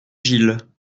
gilles